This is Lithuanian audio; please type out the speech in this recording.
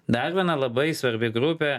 dar viena labai svarbi grupė